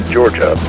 Georgia